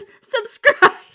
Subscribe